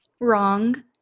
wrong